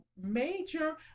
major